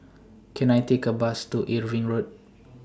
Can I Take A Bus to Irving Road